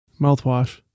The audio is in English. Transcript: Mouthwash